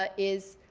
ah is